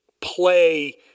play